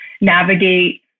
navigate